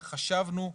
חשבנו,